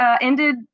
ended